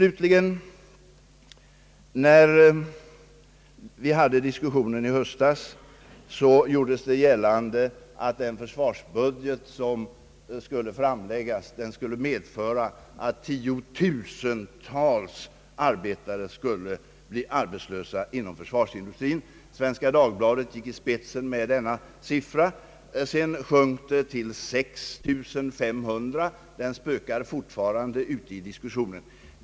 Under våra diskussioner i höstas gjordes gällande att den försvarsbudget som skulle framläggas skulle komma att medföra att tiotusentals arbetare inom försvarsindustrin blev arbetslösa. Svenska Dagbladet gick i spetsen med denna siffra, vilken sedan sjönk till 6500. Den siffran spökar fortfarande i diskussionerna.